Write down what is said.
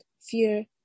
fear